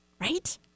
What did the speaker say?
Right